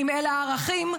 האם אלה הערכים?